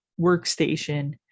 workstation